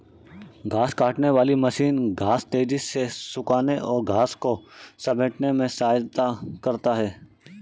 घांस काटने वाली मशीन घांस तेज़ी से सूखाने और घांस को समेटने में सहायता करता है